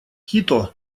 кито